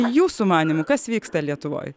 jūsų manymu kas vyksta lietuvoj